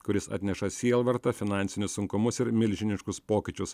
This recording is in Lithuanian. kuris atneša sielvartą finansinius sunkumus ir milžiniškus pokyčius